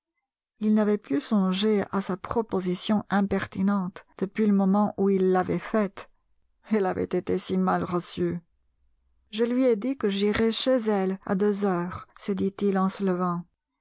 il n'avait plus songé à sa proposition impertinente depuis le moment où il l'avait faite elle avait été si mal reçue je lui ai dit que j'irais chez elle à deux heures se dit-il en se levant